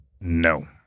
No